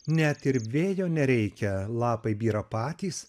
net ir vėjo nereikia lapai byra patys